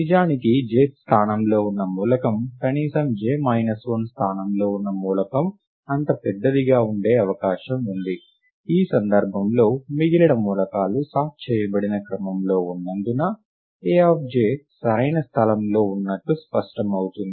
నిజానికి jth స్థానంలో ఉన్న మూలకం కనీసం j మైనస్ 1 స్థానంలో ఉన్న మూలకం అంత పెద్దదిగా ఉండే అవకాశం ఉంది ఈ సందర్భంలో మిగిలిన మూలకాలు సార్ట్ చేయబడిన క్రమంలో ఉన్నందున Aj సరైన స్థలంలో ఉన్నట్లు స్పష్టమవుతుంది